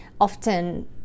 often